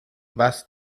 was